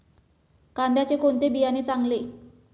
कांद्याचे कोणते बियाणे चांगले?